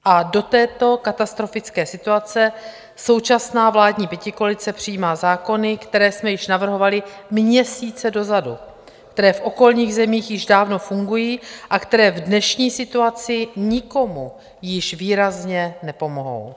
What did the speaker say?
A do této katastrofické situace současná vládní pětikoalice přijímá zákony, které jsme již navrhovali měsíce dozadu, které v okolních zemích již dávno fungují a které v dnešní situaci nikomu již výrazně nepomohou.